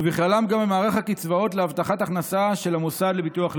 ובכללם במערך הקצבאות של המוסד לביטוח הלאומי,